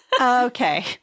Okay